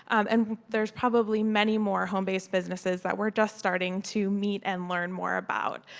and there's probably many more home based businesses that we're just starting to meet and learn more about.